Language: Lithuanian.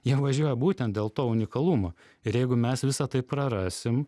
jie važiuoja būtent dėl to unikalumo ir jeigu mes visa tai prarasim